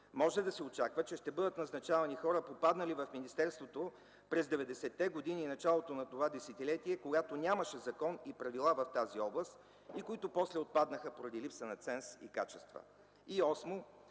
може да се очаква, че ще бъдат назначавани хора, попаднали в министерството през 90-те години и началото на това десетилетие, когато нямаше закон и правила в тази област и които после отпаднаха поради липса на ценз и качества.